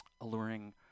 alluring